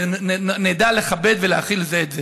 ונדע לכבד ולהכיל זה את זה.